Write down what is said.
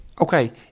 Okay